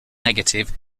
negative